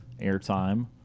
airtime